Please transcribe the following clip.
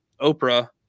Oprah